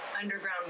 underground